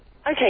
Okay